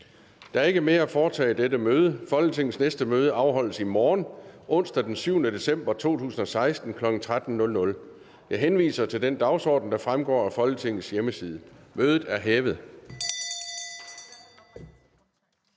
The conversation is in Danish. Der er ikke mere at foretage i dette møde. Folketingets næste møde afholdes i morgen, onsdag den 7. december 2016, kl. 13.00. Jeg henviser til den dagsorden, der fremgår af Folketingets hjemmeside. Mødet er hævet.